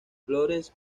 flores